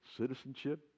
citizenship